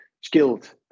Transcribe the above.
skilled